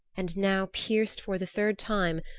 and now, pierced for the third time,